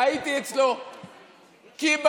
קריאות ביניים בסדר,